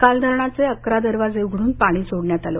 काल धरणाचे अकरा दरवाजे उघडून पाणी सोडण्यात आलं